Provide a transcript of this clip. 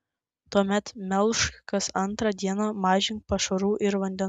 tuomet melžk kas antrą dieną mažink pašarų ir vandens